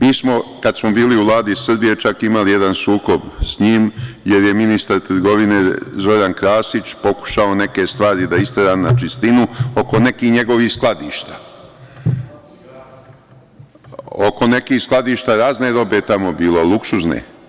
Mi smo, kada smo bili u Vladi Srbije, čak imali jedan sukob sa njim, jer je ministar trgovine Zoran Krasić pokušao neke stvari da istera na čistinu oko nekih njegovih skladišta. (Veroljub Arsić: Cigare.) Oko nekih skladišta, razne robe je tamo bilo, luksuzne.